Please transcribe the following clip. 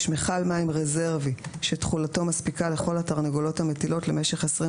מכל מים רזרבי שתכולתו מספיקה לכל התרנגולות המטילות למשך 24